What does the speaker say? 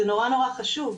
זה נורא נורא חשוב,